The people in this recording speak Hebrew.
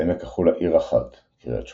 בעמק החולה עיר אחת – קריית שמונה,